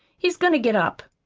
he's goin' to get up.